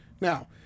Now